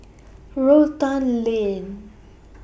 Rotan Lane